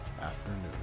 afternoon